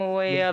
גם של סיגריות,